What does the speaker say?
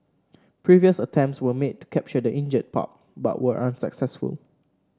previous attempts were made to capture the injured pup but were unsuccessful